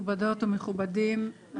מכובדות ומכובדים.